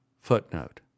Footnote